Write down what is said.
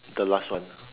the last one